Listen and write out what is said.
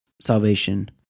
salvation